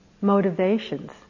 motivations